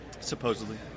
supposedly